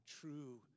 true